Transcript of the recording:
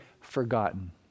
forgotten